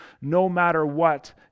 no-matter-what